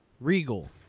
Regal